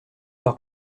par